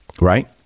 Right